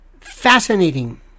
fascinating